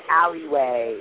alleyway